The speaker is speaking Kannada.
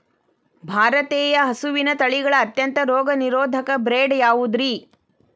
ಭಾರತೇಯ ಹಸುವಿನ ತಳಿಗಳ ಅತ್ಯಂತ ರೋಗನಿರೋಧಕ ಬ್ರೇಡ್ ಯಾವುದ್ರಿ?